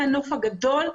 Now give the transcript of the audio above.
מהנוף הגדול,